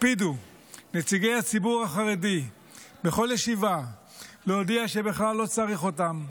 הקפידו נציגי הציבור החרדי בכל ישיבה להודיע שבכלל לא צריך אותם,